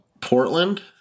Portland